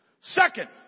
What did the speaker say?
Second